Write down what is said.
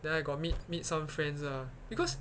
then I got meet meet some friends ah because